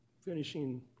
finishing